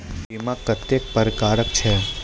बीमा कत्तेक प्रकारक छै?